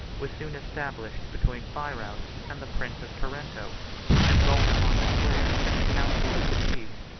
was soon established between phirouz and the prince of tarento and bohemond declared in the council of the chiefs,